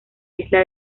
isla